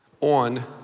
on